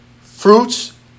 Fruits